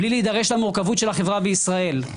מבלי להידרש למורכבות של החברה בישראל.